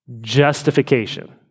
justification